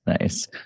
Nice